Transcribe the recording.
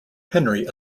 henry